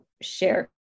share